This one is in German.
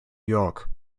york